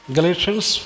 Galatians